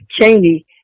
Cheney